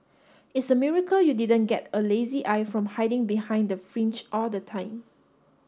it's a miracle you didn't get a lazy eye from hiding behind the fringe all the time